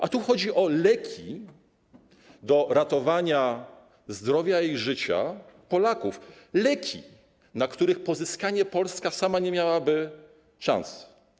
A tu chodzi o leki służące do ratowania zdrowia i życia Polaków, leki, na których pozyskanie Polska sama nie miałaby szans.